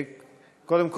קודם כול,